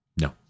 No